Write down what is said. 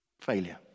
Failure